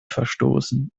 verstoßen